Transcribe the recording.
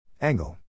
Angle